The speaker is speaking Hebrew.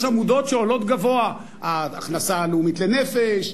יש עמודות שעולות גבוה: ההכנסה הלאומית לנפש,